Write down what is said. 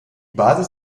basis